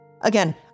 Again